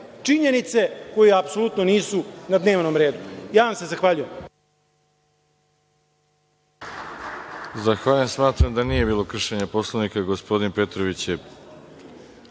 činjenice koje apsolutno nisu na dnevnom redu. Ja vam se zahvaljujem.